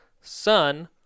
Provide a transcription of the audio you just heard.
sun